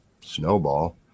snowball